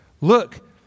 Look